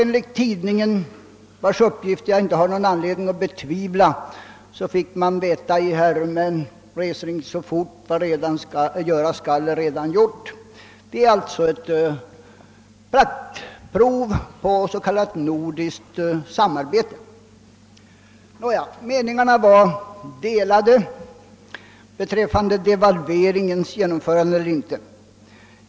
Enligt tidningen, vars uppgifter jag inte har någon anledning att betvivla, fick resenärerna beskedet: I herredagsmän, reser icke så fort; vad göras skall är allaredan gjort. Det är alltså ett praktprov på s.k. nordiskt samarbete. Nåja, meningarna var delade beträffande devalveringens genomförande.